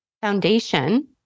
foundation